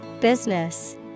Business